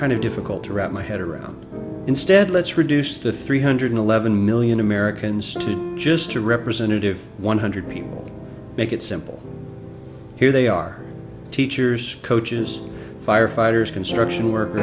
kind of difficult to wrap my head around instead let's reduce the three hundred eleven million americans to just a representative one hundred people make it simple here they are teachers coaches firefighters construction worker